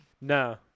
No